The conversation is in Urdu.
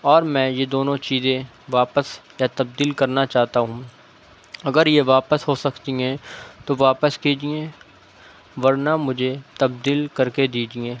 اور میں یہ دونوں چیزیں واپس یا تبدیل کرنا چاہتا ہوں اگر یہ واپس ہو سکتی ہیں تو واپس کیجیے ورنہ مجھے تبدیل کر کے دیجیے